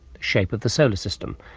shape of the solar system,